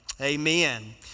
Amen